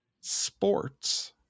sports